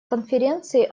конференции